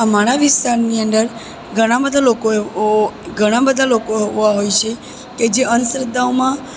અમારા વિસ્તારની અંદર ઘણાં બધા લોકો ઘણાં બધા લોકો એવાં હોય છે કે જે અંધશ્રદ્ધાઓમાં